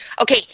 Okay